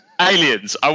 Aliens